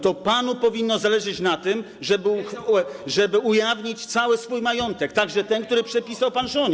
To panu powinno zależeć na tym, żeby ujawnić cały swój majątek, także ten, który przepisał pan żonie.